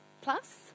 plus